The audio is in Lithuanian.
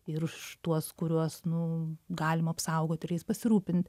ir už tuos kuriuos nu galima apsaugot ir jais pasirūpint